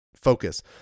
focus